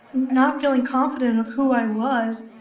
not feeling confident of who i was,